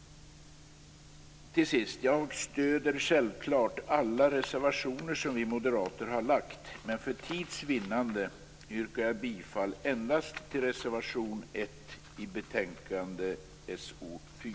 Jag stöder självklart alla moderata reservationer, men för tids vinnande yrkar jag bifall endast till reservation 1 i socialutskottets betänkande 4.